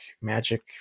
magic